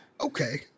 okay